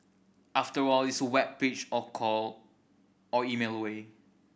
after all it's a web page or call or email away